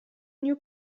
new